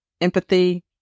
empathy